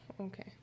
okay